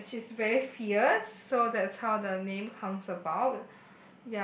and she's very fierce so that's how the name comes about